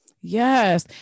Yes